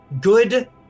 good